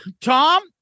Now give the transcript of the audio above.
Tom